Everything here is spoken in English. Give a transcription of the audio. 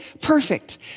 perfect